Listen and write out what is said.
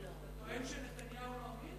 אתה טוען שנתניהו לא אמין?